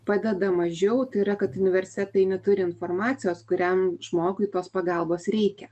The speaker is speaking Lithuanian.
padeda mažiau tai yra kad universitetai neturi informacijos kuriam žmogui tos pagalbos reikia